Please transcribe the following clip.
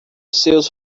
seus